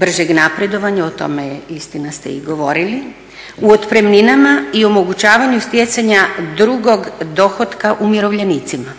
bržeg napredovanja, o tome je, istina ste i govorili, u otpremninama i omogućavanju stjecanja drugog dohotka umirovljenicima.